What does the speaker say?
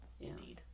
indeed